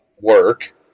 work